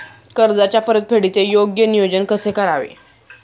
कर्जाच्या परतफेडीचे योग्य नियोजन कसे करावे?